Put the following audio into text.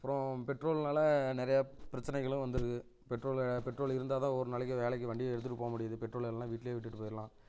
அப்றம் பெட்ரோல்னால் நிறையா பிரச்சனைகளும் வந்திருக்கு பெட்ரோலு பெட்ரோல் இருந்தால் தான் ஒவ்வொரு நாளைக்கும் வேலைக்கு வண்டியை எடுத்துட்டு போக முடியுது பெட்ரோல் இல்லைனா வீட்லேயே விட்டுட்டு போயிடலாம்